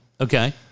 Okay